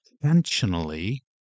intentionally